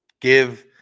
give